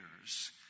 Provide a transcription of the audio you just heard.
years